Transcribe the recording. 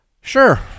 Sure